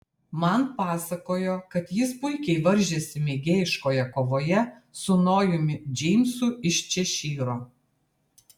man pasakojo kad jis puikiai varžėsi mėgėjiškoje kovoje su nojumi džeimsu iš češyro